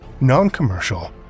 non-commercial